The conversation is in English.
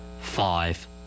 Five